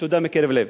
תודה מקרב לב.